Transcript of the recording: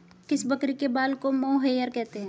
किस बकरी के बाल को मोहेयर कहते हैं?